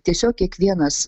tiesiog kiekvienas